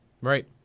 Right